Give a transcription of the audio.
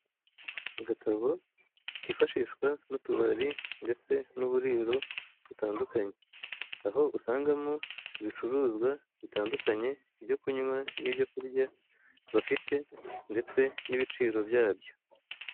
Agatabo kifashishwa n'utubari ndetse n'uburiro butandukanye aho usangamo ibicuruzwa bitandukanye ibyo kunywa nibyo kurya bafite ndetse n'ibiciro byabyo.